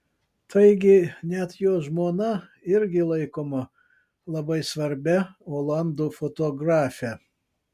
taigi net jo žmona irgi laikoma labai svarbia olandų fotografe